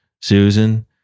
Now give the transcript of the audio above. Susan